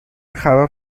خراب